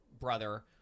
brother